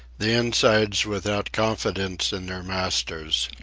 the insides without confidence in their masters.